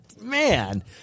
man